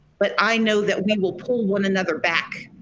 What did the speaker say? but i know that we will pull one another back.